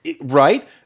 right